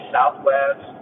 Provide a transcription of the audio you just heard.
Southwest